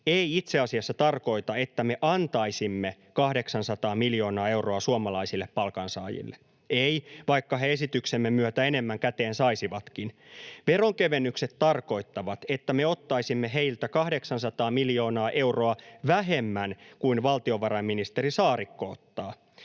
ei itse asiassa tarkoita, että me antaisimme 800 miljoonaa euroa suomalaisille palkansaajille, ei, vaikka he esityksemme myötä enemmän käteen saisivatkin. Veronkevennykset tarkoittavat, että me ottaisimme heiltä 800 miljoonaa euroa vähemmän kuin valtiovarainministeri Saarikko ottaa.